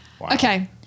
Okay